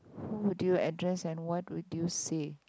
who would you address and what would you say